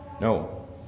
No